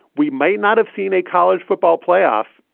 we might not have seen a college football playoff,